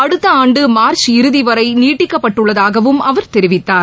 அடுத்த ஆண்டு மார்ச் இறுதி வரை நீட்டிக்கப்பட்டுள்ளதாகவும் அவர் தெரிவித்தார்